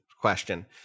Question